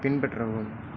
பின்பற்றவும்